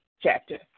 chapter